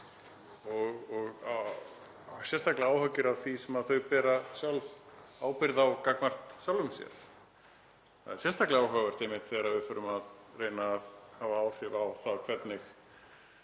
og sérstaklega áhyggjur af því sem það ber sjálft ábyrgð á gagnvart sjálfu sér. Það er sérstaklega áhugavert þegar við förum að reyna að hafa áhrif á það hvernig